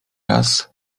raz